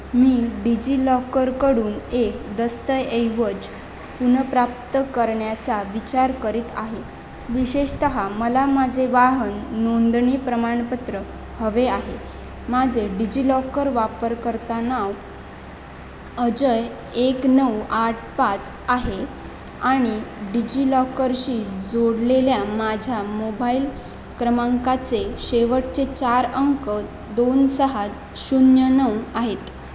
मी डिजि लॉकरकडून एक दस्तऐवज पुनर्प्राप्त करण्याचा विचार करीत आहे विशेषतः मला माझे वाहन नोंदणी प्रमाणपत्र हवे आहे माझे डिजि लॉकर वापरकर्ता नाव अजय एक नऊ आठ पाच आहे आणि डिजि लॉकरशी जोडलेल्या माझ्या मोबाईल क्रमांकाचे शेवटचे चार अंक दोन सहा शून्य नऊ आहेत